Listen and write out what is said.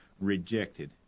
rejected